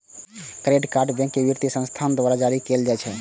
credit card bank आ वित्तीय संस्थान द्वारा जारी कैल जाइ छै